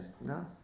no